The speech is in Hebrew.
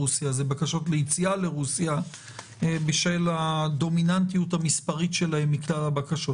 לבקשות ליציאה לרוסיה בשל הדומיננטיות המספרית שלהן מכלל הבקשות.